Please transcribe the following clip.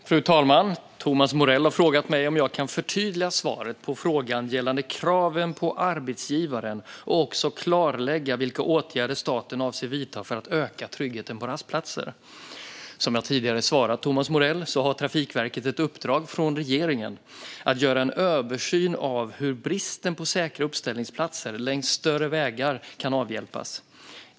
Fru talman! Thomas Morell har frågat mig om jag kan förtydliga svaret på hans skriftliga fråga gällande kraven på arbetsgivaren och också klarlägga vilka åtgärder staten avser att vidta för att öka tryggheten på rastplatser. Som jag tidigare svarat Thomas Morell har Trafikverket ett uppdrag från regeringen att göra en översyn av hur bristen på säkra uppställningsplatser längs större vägar kan avhjälpas.